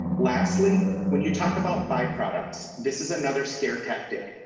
lastly, when you talk about byproducts, this is another scare tactic.